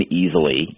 easily